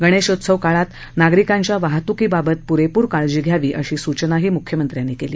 गणेशत्सव काळात नागरिकांच्या वाहतूकीबाबत पुरेपुर काळजी घ्यावी अशी सूचनाही मुख्यमंत्र्यांनी केल